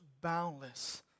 boundless